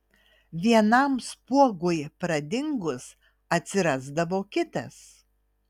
vienam spuogui pradingus atsirasdavo kitas